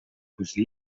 così